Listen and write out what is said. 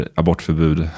abortförbud